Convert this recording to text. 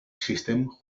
system